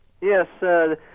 Yes